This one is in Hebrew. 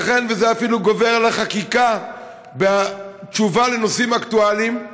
ייתכן שזה אפילו גובר על החקיקה בתשובה לנושאים אקטואליים.